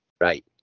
right